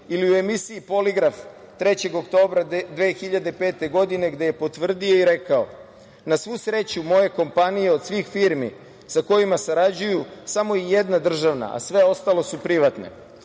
ili u emisiji „Poligraf“, 3. oktobra 2005. godine, gde je potvrdio i rekao: „Na svu sreću, moje kompanije od svih firmi sa kojima sarađuju, samo je jedna državna, a sve ostalo su privatne“.Zato